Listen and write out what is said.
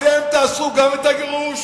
אתם גם תעשו את הגירוש,